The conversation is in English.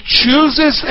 chooses